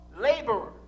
laborer